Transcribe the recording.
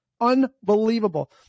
Unbelievable